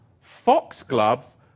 foxglove